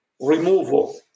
removal